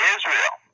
Israel